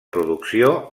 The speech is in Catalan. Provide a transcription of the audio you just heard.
producció